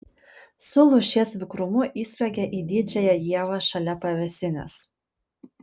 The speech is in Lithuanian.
su lūšies vikrumu įsliuogė į didžiąją ievą šalia pavėsinės